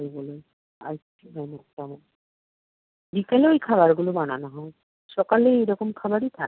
এগুলোই আর কী বিকেলে ওই খাবারগুলো বানানো হয় সকালে এই রকম খাবারই থাকে